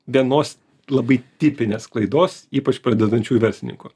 vienos labai tipinės klaidos ypač pradedančiųjų verslininkų